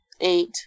Eight